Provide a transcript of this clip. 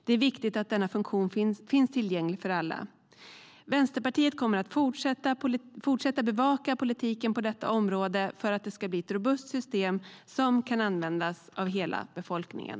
Det är viktigt att denna funktion finns tillgänglig för alla. Vänsterpartiet kommer att fortsätta att bevaka politiken på detta område för att det ska bli ett robust system som kan användas av hela befolkningen.